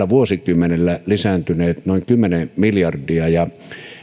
vuosikymmenellä lisääntyneet noin kymmenen miljardia